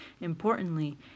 Importantly